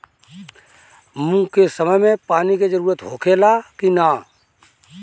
मूंग के समय मे पानी के जरूरत होखे ला कि ना?